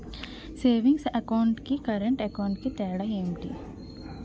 Savings account కి current account కి తేడా ఏమిటి?